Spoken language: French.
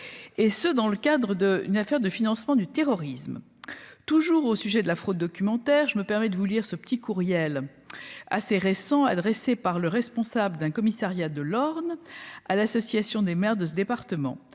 et ce dans le cadre d'une affaire de financement du terrorisme, toujours au sujet de la fraude documentaire je me permets de vous lire ce petit courriel assez récent adressé par le responsable d'un commissariat de l'Orne à l'Association des maires de ce département,